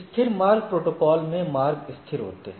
स्थिर मार्ग प्रोटोकॉल में मार्ग स्थिर होते हैं